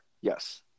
yes